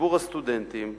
ציבור הסטודנטים,